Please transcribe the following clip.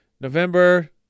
November